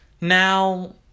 Now